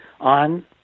on